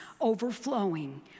overflowing